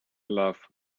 love